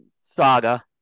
saga